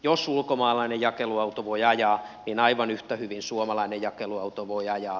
jos ulkomaalainen jakeluauto voi ajaa niin aivan yhtä hyvin suomalainen jakeluauto voi ajaa